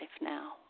now